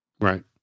Right